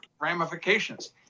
ramifications